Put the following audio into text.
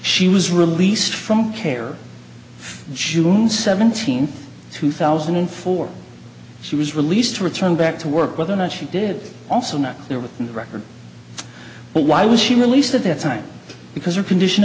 she was released from care for june seventeenth two thousand and four she was released to return back to work whether or not she did also not there within the record but why was she released at that time because her condition